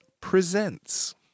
presents